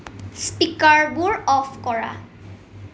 স্পীকাৰবোৰ off কৰা